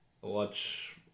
watch